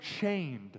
chained